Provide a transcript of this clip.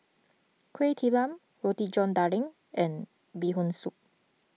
Kuih Talam Roti John Daging and Bee Hoon Soup